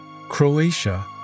Croatia